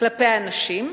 כלפי הנשים,